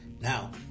now